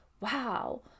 wow